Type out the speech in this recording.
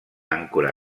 àncora